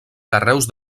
carreus